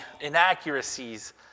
inaccuracies